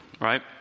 right